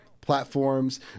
platforms